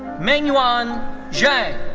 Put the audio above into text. mengyuan zheng.